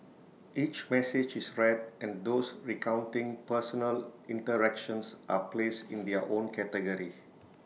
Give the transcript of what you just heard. each message is read and those recounting personal interactions are placed in their own category